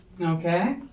Okay